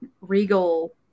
regal